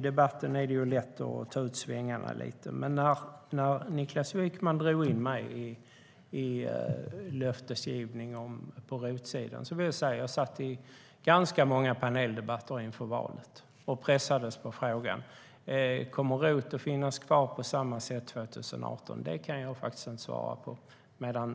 debatten är det lätt att ta ut svängarna lite. Niklas Wykman drog in mig i löftesgivning på ROT-sidan. Det jag vill säga är att jag satt i ganska många paneldebatter inför valet och pressades på frågan: Kommer ROT-avdraget att finnas kvar på samma sätt 2018? Jag sa varje gång att jag inte kunde svara på det.